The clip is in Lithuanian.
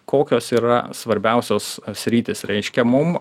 kokios yra svarbiausios sritys reiškia mum